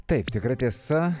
taip tikra tiesa